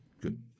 good